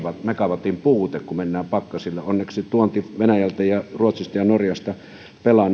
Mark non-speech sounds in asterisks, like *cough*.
megawatin puute kun mennään pakkasille onneksi tuonti venäjältä ja ruotsista ja norjasta pelaa *unintelligible*